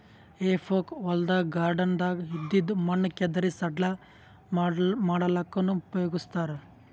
ಹೆಫೋಕ್ ಹೊಲ್ದಾಗ್ ಗಾರ್ಡನ್ದಾಗ್ ಇದ್ದಿದ್ ಮಣ್ಣ್ ಕೆದರಿ ಸಡ್ಲ ಮಾಡಲ್ಲಕ್ಕನೂ ಉಪಯೊಗಸ್ತಾರ್